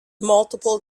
multiple